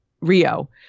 Rio